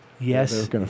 Yes